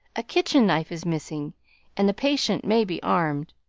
a kitchen knife is missing and the patient may be armed.